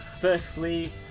Firstly